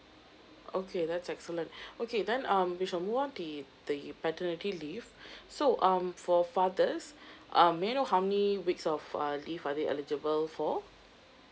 okay that's excellent okay then um we shall move on the the paternity leave so um for fathers um may I know how many weeks of uh leave are they eligible for